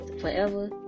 forever